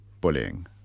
bullying